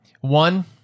One